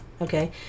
Okay